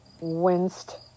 winced